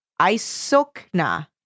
Isokna